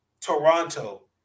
Toronto